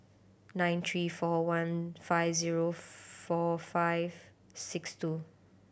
nine three four one five zero four five six two